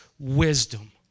wisdom